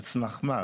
על סמך מה?